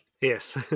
Yes